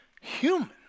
human